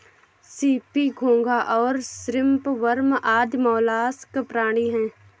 CP, घोंगा और shrimp worm आदि मौलास्क प्राणी हैं